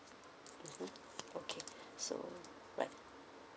mmhmm okay so alright